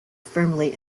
firmly